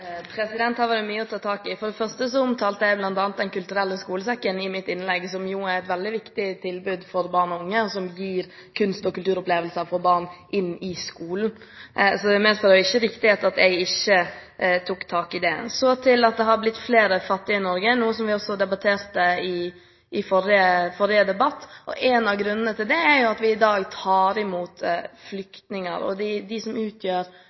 mye å ta tak i. For det første omtalte jeg bl.a. Den kulturelle skolesekken i mitt innlegg, som jo er et veldig viktig tilbud for barn og unge, og som gir kunst- og kulturopplevelser for barn i skolen. Det medfører ikke riktighet at jeg ikke tok tak i det. Så til at det har blitt flere fattige i Norge, noe vi også debatterte i forrige debatt. En av grunnene til det er at vi i dag tar imot flyktninger. De som utgjør de fattige i Norge, er ofte de